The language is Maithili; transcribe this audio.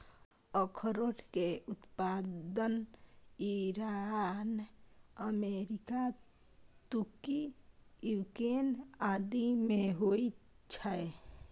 अखरोट के उत्पादन ईरान, अमेरिका, तुर्की, यूक्रेन आदि मे होइ छै